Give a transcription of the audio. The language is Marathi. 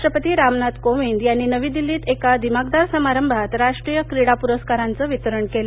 राष्ट्रपती रामनाथ कोविंद यांनी नवी दिल्लीत एका दिमाखदार समारंभात राष्ट्रीय क्रीडा प्रस्कारांचं वितरण केलं